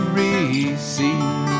receive